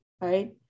right